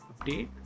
update